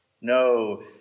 No